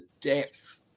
depth